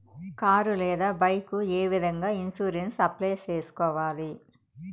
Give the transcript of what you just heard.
car లేదా bike ఏ విధంగా ఇన్సూరెన్సు అప్లై సేసుకోవాలి